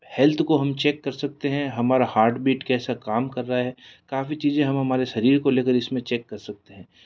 health को हम check कर सकते हैं हमारा हार्टबीट कैसा काम कर रहा हैं काफ़ी चीजें हम हमारे शरीर को लेकर इसमें चेक कर सकते हैं